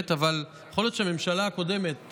אבל יכול להיות שהממשלה הקודמת